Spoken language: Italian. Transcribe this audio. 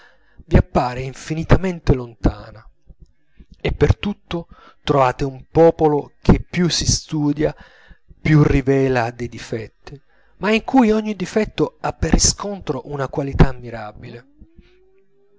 vi appare infinitamente lontana e per tutto trovate un popolo che più si studia più rivela dei difetti ma in cui ogni difetto ha per riscontro una qualità ammirabile